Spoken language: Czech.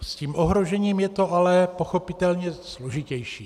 S tím ohrožením je to ale pochopitelně složitější.